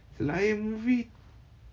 selain movie